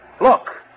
Look